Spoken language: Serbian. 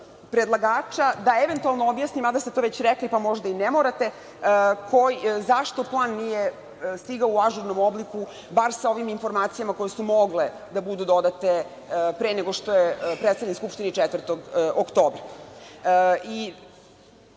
predlagača da eventualno objasni, mada ste to već rekli, pa možda i ne morate, zašto plan nije stigao u ažurnom obliku, bar sa ovim informacijama koje su mogle da budu dodate pre nego što je predstavljen Skupštini 4. oktobra?U